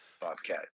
bobcat